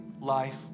life